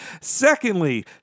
Secondly